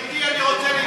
גברתי, אני רוצה להתנגד.